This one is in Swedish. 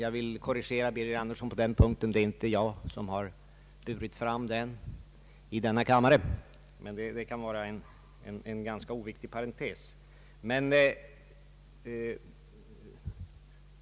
Jag vill dessutom korrigera herr Birger Andersson på en punkt och framhålla att det inte är jag som burit fram motionen i denna kammare, men det kan vara en ganska oviktig parentes.